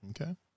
Okay